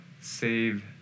save